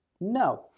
No